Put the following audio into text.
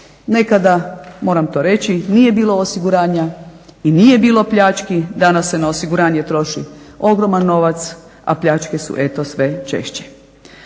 Nekada, moram to reći nije bilo osiguranja i nije bilo pljački. Danas se na osiguranje troši ogroman novac, a pljačke su eto sve češće.